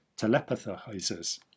telepathizers